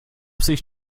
sich